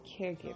caregiver